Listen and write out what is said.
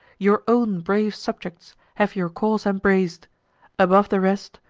your own brave subjects have your cause embrac'd above the rest,